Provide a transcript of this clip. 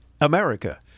America